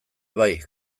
bai